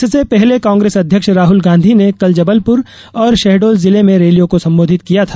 इससे पहले कांग्रेस अध्यक्ष राहल गांधी ने कल जबलपुर और शहडोल जिले में रैलियों को संबोधित किया था